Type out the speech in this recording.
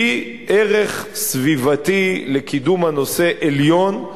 הן ערך סביבתי לקידום הנושא, עליון,